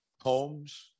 homes